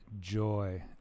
joy